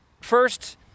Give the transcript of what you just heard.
first